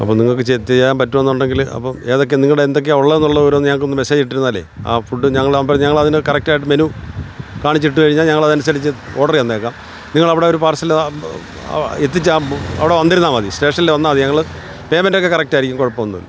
അപ്പോൾ നിങ്ങൾക്ക് ചെയ്യാൻ പറ്റുമെന്നുണ്ടെങ്കിൽ അപ്പോൾ ഏതൊക്കെ നിങ്ങളുടെ എന്തൊക്കെയാ ഉള്ളതെന്നുള്ള വിവരം ഒന്ന് ഞങ്ങൾക്ക് മെസേജ് ഇട്ടിരുന്നാലേ ആ ഫുഡ് ഞങ്ങളാകുമ്പോൾ ഞങ്ങളതിന് കറക്റ്റായിട്ട് മെനു കാണിച്ച് ഇട്ടുകഴിഞ്ഞാൽ ഞങ്ങളത് അനുസരിച്ച് ഓഡറ് തന്നേക്കാം നിങ്ങൾ അവടെ ഒരു പാർസല് എത്തിച്ചാൽ അവിടെ വന്നിരുന്നാൽ മതി സ്റ്റേഷനിൽ വന്നാൽ മതി ഞങ്ങൾ പേമെൻറ്റെക്കെ കറക്റ്റായിരിക്കും കുഴപ്പം ഒന്നും ഇല്ല